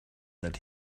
that